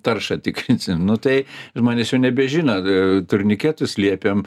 taršą tikrinsim nu tai žmonės jau nebežino turniketus liepėm